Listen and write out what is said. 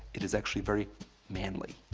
it is actually very manly.